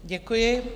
Děkuji.